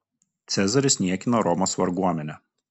cezaris niekino romos varguomenę